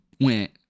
went